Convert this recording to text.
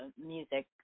music